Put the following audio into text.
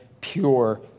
pure